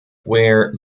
where